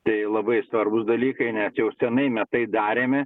tai labai svarbūs dalykai net jau senai mes tai darėme